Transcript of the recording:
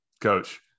Coach